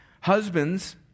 husbands